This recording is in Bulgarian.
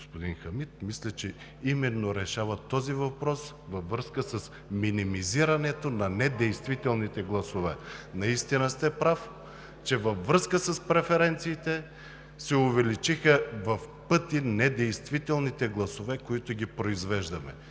господин Хамид, мисля, че именно решава този въпрос във връзка с минимизирането на недействителните гласове. Наистина сте прав, че във връзка с преференциите се увеличиха в пъти недействителните гласове, които ги произвеждаме.